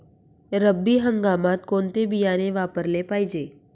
रब्बी हंगामात कोणते बियाणे वापरले पाहिजे?